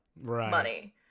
money